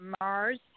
Mars